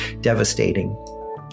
devastating